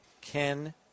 Ken